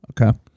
okay